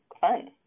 fun